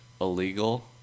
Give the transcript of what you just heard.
illegal